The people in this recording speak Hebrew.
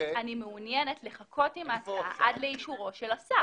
אני מעוניינת לחכות עם ההצעה עד לאישורו של השר.